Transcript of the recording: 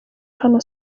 hano